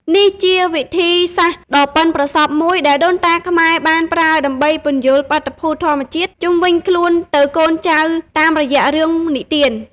នេះជាវិធីសាស្ត្រដ៏ប៉ិនប្រសប់មួយដែលដូនតាខ្មែរបានប្រើដើម្បីពន្យល់បាតុភូតធម្មជាតិជុំវិញខ្លួនទៅកូនចៅតាមរយៈរឿងនិទាន។